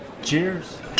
Cheers